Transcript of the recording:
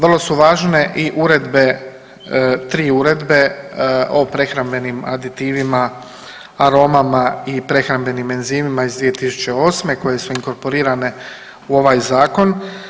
Vrlo su važne i uredbe, 3 uredne o prehrambenim aditivima, aromama i prehrambenim enzimima iz 2008. koje su inkorporirane u ovaj Zakon.